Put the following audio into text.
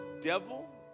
devil